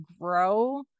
grow